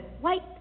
white